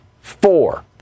four